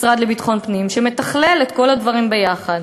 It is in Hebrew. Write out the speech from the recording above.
המשרד לביטחון פנים שמתכלל את כל הדברים ביחד.